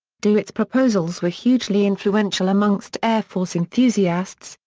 douhet's proposals were hugely influential amongst airforce enthusiasts,